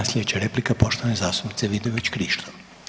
Sljedeća replika je poštovane zastupnice Vidović Krišto.